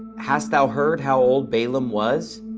hast thou heard how old balaam was?